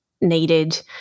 needed